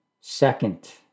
Second